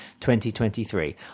2023